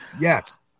Yes